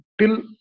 till